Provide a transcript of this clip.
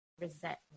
resentment